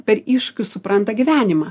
per iššūkius supranta gyvenimą